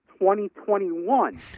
2021